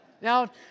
Now